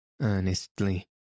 earnestly